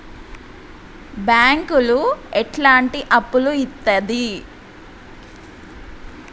బ్యాంకులు ఎట్లాంటి అప్పులు ఇత్తది?